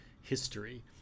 history